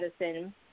medicine